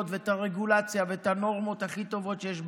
ואת הרגולציה ואת הנורמות הכי טובות שיש בעולם,